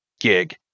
gig